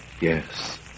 Yes